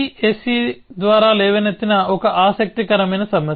SE ద్వారా లేవనెత్తిన ఒక ఆసక్తికరమైన సమస్య